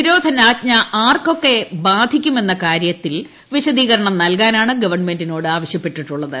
നിരോധനാജ്ഞ ആർക്കൊക്കെ ബാധിക്കുമെന്ന കാര്യത്തിൽ വിശദീകരണം നൽകാനാണ് ആവശ്യപ്പെട്ടിട്ടുള്ളത്